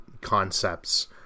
concepts